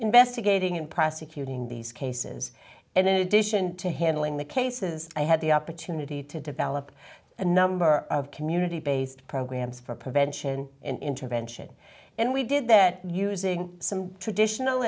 investigating and prosecuting these cases and in addition to handling the cases i had the opportunity to develop a number of community based programs for prevention and intervention and we did that using some traditional